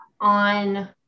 on